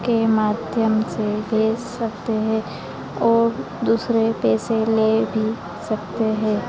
के माध्यम से भेज सकते हैं और दूसरे पैसे ले भी सकते हैं